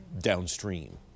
downstream